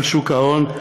על שוק ההון,